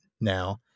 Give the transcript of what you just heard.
now